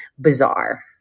bizarre